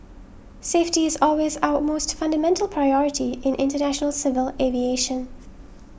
safety is always our most fundamental priority in international civil aviation